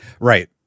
right